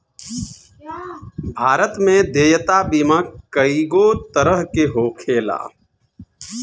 भारत में देयता बीमा कइगो तरह के होखेला